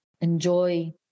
enjoy